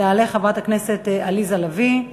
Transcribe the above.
תעלה חברת הכנסת עליזה לביא.